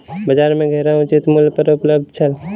बजार में घेरा उचित मूल्य पर उपलब्ध छल